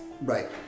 Right